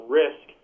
risk